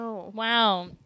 Wow